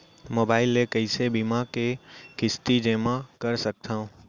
Mobile ले कइसे बीमा के किस्ती जेमा कर सकथव?